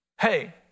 hey